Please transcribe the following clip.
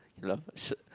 laugh